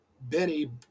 Benny